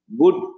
good